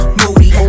moody